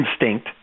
instinct